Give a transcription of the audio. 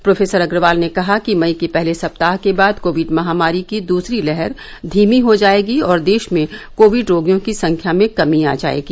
professor Agarwal ने कहा कि मई के पहले सप्ताह के बाद कोविड महामारी की दुसरी लहर धीमी हो जाएगी और देश में कोविड रोगियों की संख्या में कमी आ जाएगी